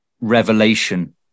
revelation